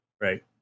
right